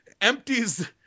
empties